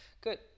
Good